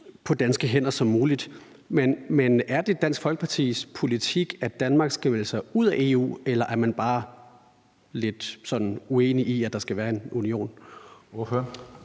på danske hænder som muligt. Men er det Dansk Folkepartis politik, at Danmark skal melde sig ud af EU, eller er man bare sådan lidt uenig i, at der skal være en union?